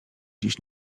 dziś